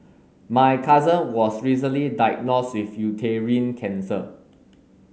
my cousin was recently diagnosed with uterine cancer